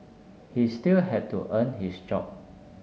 he still had to earn his job